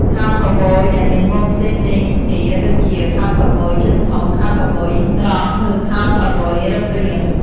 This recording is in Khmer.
ខោខូវប៊យដែលមានម៉ូដផ្សេងៗគ្នាដូចជា ខោខូវប៊យជើងធំ, ខោខូវប៊យត្រង់ , ឬខោខូវប៊យរឹបរាង។